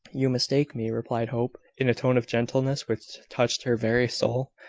you mistake me, replied hope, in a tone of gentleness which touched her very soul.